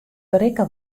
berikke